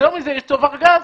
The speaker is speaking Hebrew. יותר מזה, יש צובר גז